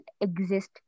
exist